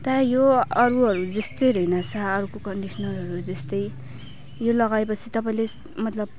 तर यो अरूहरू जस्तै रहेनछ अर्को कन्डिसनरहरू जस्तै यो लगाए पछि तपाईँले मतलब